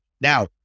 Now